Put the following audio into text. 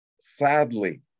sadly